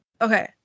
Okay